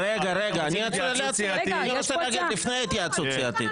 רגע, אני רוצה להגיד לפני ההתייעצות הסיעתית.